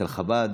של חב"ד.